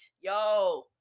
Yo